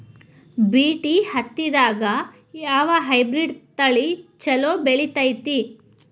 BT ಹತ್ತಿದಾಗ ಯಾವ hybrid ತಳಿ ಛಲೋ ಬೆಳಿತೈತಿ?